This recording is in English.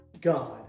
God